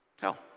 Hell